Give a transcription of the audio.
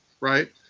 right